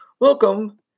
Welcome